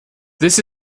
this